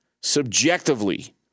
subjectively